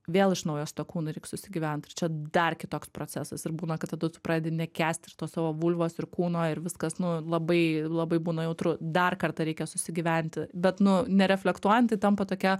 vėl iš naujo su tuo kūnu reik susigyvent tai čia dar kitoks procesas ir būna kad tada tu pradedi nekęsti ir tos savo vulvos ir kūno ir viskas nu labai labai būna jautru dar kartą reikia susigyventi bet nu nereflektuojant tai tampa tokia